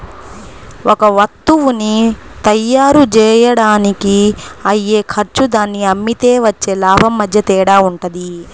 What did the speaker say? ఒక వత్తువుని తయ్యారుజెయ్యడానికి అయ్యే ఖర్చు దాన్ని అమ్మితే వచ్చే లాభం మధ్య తేడా వుంటది